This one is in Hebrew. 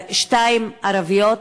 שתיים ערביות,